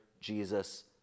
Jesus